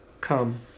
come